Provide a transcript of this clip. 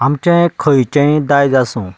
आमचें खंयचेंय दायज आसूं